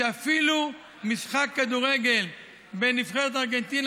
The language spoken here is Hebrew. שאפילו למשחק כדורגל בין נבחרת ארגנטינה